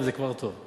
וזה כבר טוב.